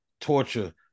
torture